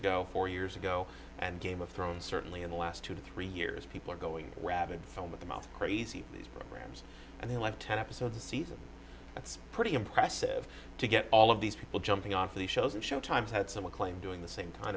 ago four years ago and game of thrones certainly in the last two to three years people are going rabid film of them out crazy these programs and they live ten episodes a season it's pretty impressive to get all of these people jumping on the shows and showtimes had some acclaim doing the same kind